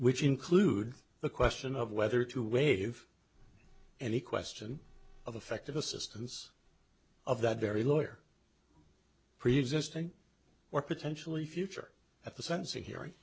which include the question of whether to waive any question of effective assistance of that very lawyer preexisting or potentially future at the sentencing hearing